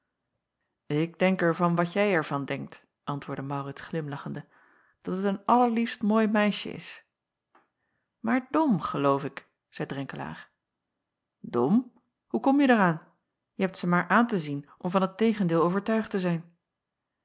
ik denk er van wat jij er van denkt antwoordde maurits glimlachende dat het een allerliefst mooi meisje is maar dom geloof ik zeî drenkelaer dom hoe komje daaraan je hebt ze maar aan te zien om van het tegendeel overtuigd te zijn